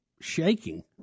shaking